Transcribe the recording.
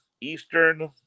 Eastern